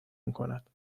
میکند